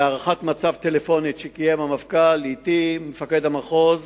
בהערכת מצב טלפונית שקיים המפכ"ל אתי ועם מפקד המחוז